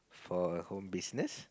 for home business